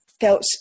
felt